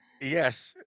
Yes